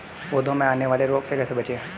पौधों में आने वाले रोग से कैसे बचें?